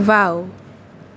wow